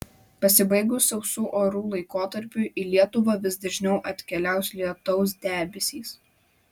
pasibaigus sausų orų laikotarpiui į lietuvą vis dažniau atkeliaus lietaus debesys